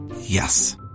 Yes